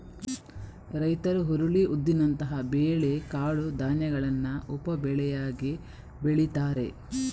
ರೈತರು ಹುರುಳಿ, ಉದ್ದಿನಂತಹ ಬೇಳೆ ಕಾಳು ಧಾನ್ಯಗಳನ್ನ ಉಪ ಬೆಳೆಯಾಗಿ ಬೆಳೀತಾರೆ